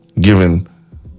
Given